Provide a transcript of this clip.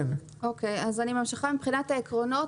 אני ממשיכה עם העקרונות.